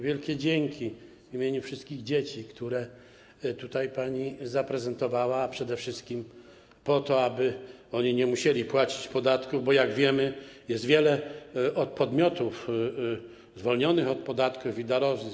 Wielkie dzięki, w imieniu wszystkich dzieci, które tutaj pani zaprezentowała przede wszystkim po to, aby one nie musiały płacić podatków, bo jak wiemy, jest wiele podmiotów zwolnionych od podatku od darowizn.